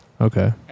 Okay